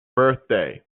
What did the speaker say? birthday